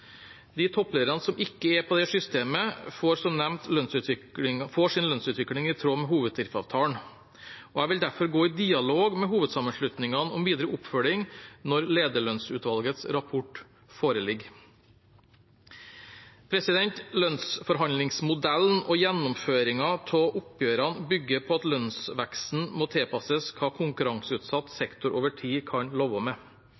De topplederne som ikke er på det systemet, får sin lønnsutvikling i tråd med hovedtariffavtalen. Jeg vil derfor gå i dialog med hovedsammenslutningene om videre oppfølging når lederlønnsutvalgets rapport foreligger. Lønnsforhandlingsmodellen og gjennomføringen av oppgjørene bygger på at lønnsveksten må tilpasses hva konkurranseutsatt sektor over tid kan leve med.